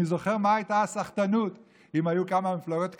אני זוכר מה הייתה הסחטנות: אם היו כמה מפלגות קטנות,